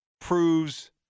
proves